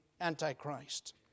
Antichrist